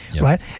right